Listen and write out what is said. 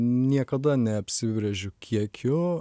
niekada neapsibrėžiu kiekiu